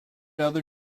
other